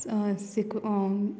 सिक